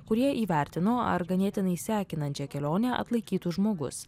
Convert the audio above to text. kurie įvertino ar ganėtinai sekinančią kelionę atlaikytų žmogus